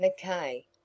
McKay